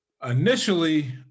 initially